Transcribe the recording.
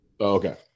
Okay